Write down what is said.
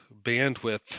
bandwidth